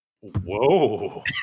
Whoa